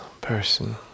person